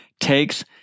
takes